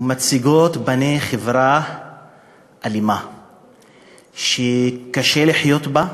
ומציגות פני חברה אלימה שקשה לחיות בה,